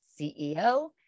CEO